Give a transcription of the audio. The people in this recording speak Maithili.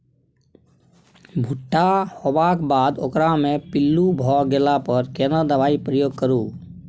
भूट्टा होबाक बाद ओकरा मे पील्लू भ गेला पर केना दबाई प्रयोग करू?